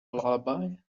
lullaby